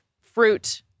fruit